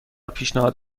پیشنهاد